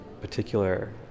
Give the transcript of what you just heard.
particular